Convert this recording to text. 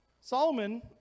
Solomon